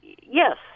yes